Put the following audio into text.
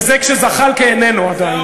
וזה כשזחאלקה איננו עדיין,